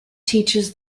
teaches